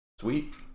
Sweet